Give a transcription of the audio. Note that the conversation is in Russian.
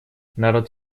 народ